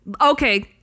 Okay